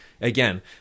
again